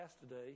today